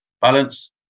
balance